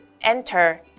enter